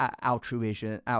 altruism